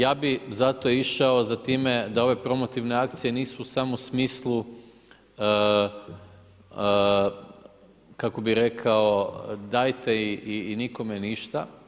Ja bi zato išao za time, da ove promotivne akcije, nisu samo u smislu, kako bi rekao, dajte i nikome ništa.